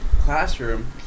classroom